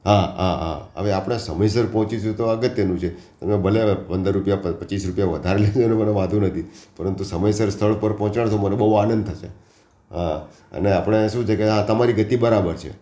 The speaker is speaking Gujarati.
હા હા હા હવે આપણે સમયસર પહોંચીશું તો અગત્યનું છે તમે ભલે પંદર રૂપિયા પ પચીસ રૂપિયા વધારે લઇ લો એનો મને વાંધો નથી પરંતુ સમયસર સ્થળ પર પહોંચાડશો મને બહુ આનંદ થશે આ અને આપણે શું છે કે હા તમારી ગતિ બરાબર છે